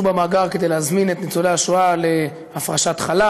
במאגר כדי להזמין את ניצולי השואה להפרשת חלה.